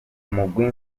umugwi